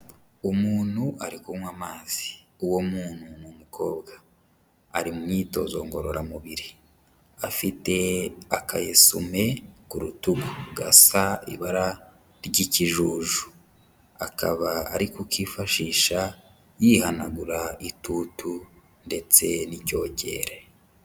Umuntu ari kunywa amazi, uwo muntu ni umukobwa ari mu myitozo ngororamubiri afite akayesume ku rutugu gasa ibara ry'ikijuju, akaba ari kukifashisha yihanagura itutu ndetse n'icyokere.